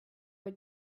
were